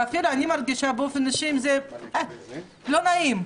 ואפילו אני מרגישה באופן אישי עם זה, אה, לא נעים.